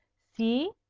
see,